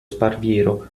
sparviero